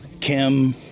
Kim